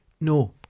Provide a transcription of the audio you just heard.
no